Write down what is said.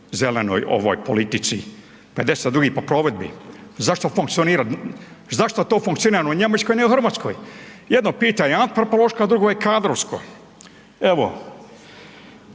zelenoj ovoj politici, 52. po provedbi. Zašto funkcionira, zašto to funkcionira u Njemačkoj, ne u RH? Jedno pitanje, antropološka, a drugo je kadrovsko. Evo